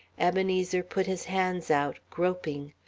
ebenezer put his hands out, groping.